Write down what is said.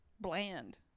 bland